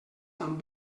tan